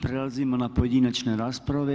Prelazimo na pojedinačne rasprave.